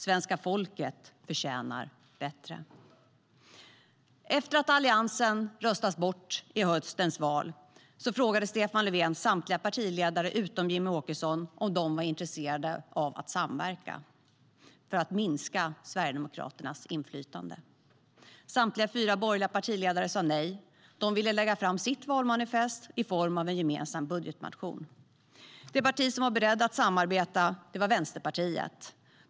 Svenska folket förtjänar bättre. Det parti som var berett att samarbeta var Vänsterpartiet.